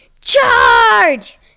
Charge